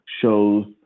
shows